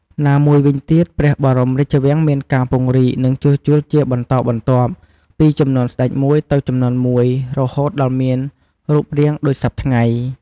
ណាមួយវិញទៀតព្រះបរមរាជវាំងមានការពង្រីក និងជួសជុលជាបន្តបន្ទាប់ពីជំនាន់ស្ដេចមួយទៅជំនាន់មួយ រហូតដល់មានរូបរាងដូចសព្វថ្ងៃ។